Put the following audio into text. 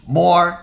more